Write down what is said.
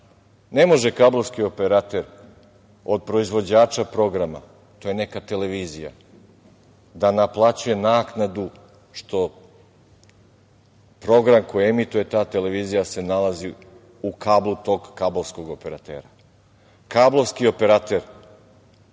Ne može kablovski operater od proizvođača programa, to je neka televizija, da naplaćuje naknadu što program koji emituje ta televizija se nalazi u kablu tog kablovskog operatera. Kablovski operater